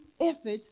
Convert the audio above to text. effort